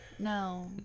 No